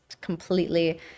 completely